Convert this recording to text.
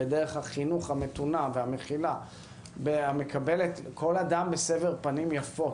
בדרך החינוך המתונה והמכילה המקבלת כל אדם בסבר פנים ויפות,